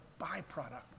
byproduct